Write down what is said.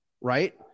right